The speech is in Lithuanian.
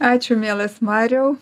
ačiū mielas mariau